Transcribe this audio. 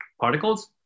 particles